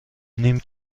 نیم